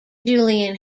julian